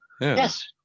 Yes